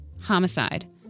Homicide